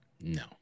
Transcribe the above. No